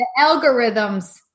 algorithms